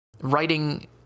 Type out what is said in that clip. writing